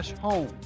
home